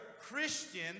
Christian